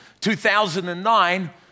2009